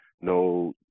no